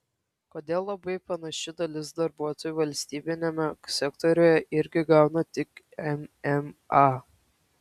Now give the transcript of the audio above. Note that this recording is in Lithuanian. kodėl labai panaši dalis darbuotojų valstybiniame sektoriuje irgi gauna tik mma